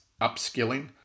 upskilling